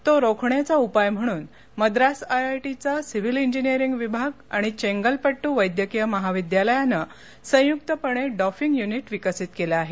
तो रोखण्याचा उपाय म्हणून मद्रास आयआयटीचा सिव्हील इंजिनिअरींग विभाग आणि चेंगलपट्ट वैद्यकीय महाविद्यालयानं संयुक्तपणे डॉफिंग युनिट विकसित केलं आहे